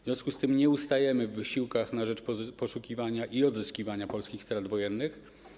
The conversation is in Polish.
W związku z tym nie ustajemy w wysiłkach na rzecz poszukiwania i odzyskiwania polskich strat wojennych.